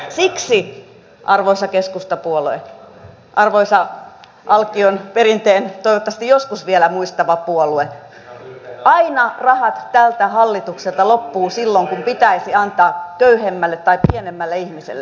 siksi arvoisa keskustapuolue arvoisa alkion perinteen toivottavasti joskus vielä muistava puolue tältä hallitukselta loppuvat rahat aina silloin kun pitäisi antaa köyhemmälle tai pienemmälle ihmisille